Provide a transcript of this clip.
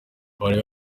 bari